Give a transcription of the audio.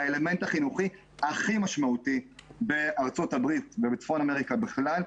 זה האלמנט החינוכי הכי משמעותי בארצות הברית ובצפון אמריקה בכלל,